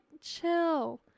chill